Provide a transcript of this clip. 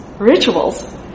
rituals